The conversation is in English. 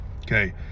Okay